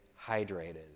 hydrated